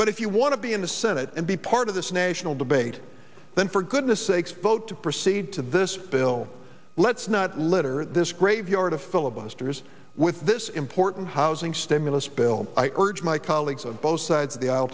but if you want to be in the senate and be part of this nation ill debate then for goodness sakes vote to proceed to this bill let's not litter this graveyard of filibusters with this important housing stimulus bill i urge my colleagues on both sides of the aisle